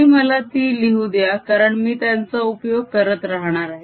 आणि मला ती लिहू द्या कारण मी त्यांचा उपयोग करत राहणार आहे